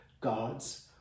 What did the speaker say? gods